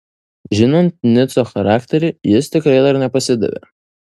žinant nico charakterį jis tikrai dar nepasidavė